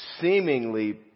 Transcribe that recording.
seemingly